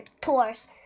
tours